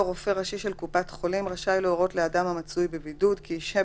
רופא ראשי של קופת חולים רשאי להורות לאדם המצוי בבידוד כי ישהה